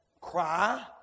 Cry